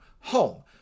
home